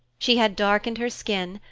she had darkened her skin,